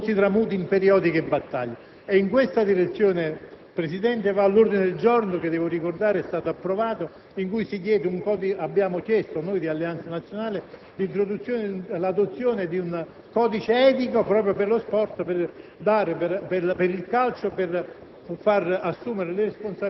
dalle curve dei tifosi agli organi di stampa, affinché lo sport non si tramuti in periodiche battaglie. In questa direzione, Presidente, va l'ordine del giorno che - devo ricordare - é stato approvato in cui noi del Gruppo di Alleanza Nazionale abbiamo chiesto l'adozione di un codice etico proprio per lo sport